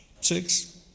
six